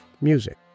music